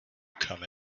come